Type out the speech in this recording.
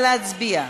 נא להצביע.